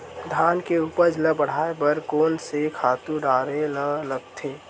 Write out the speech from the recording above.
धान के उपज ल बढ़ाये बर कोन से खातु डारेल लगथे?